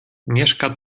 mieszka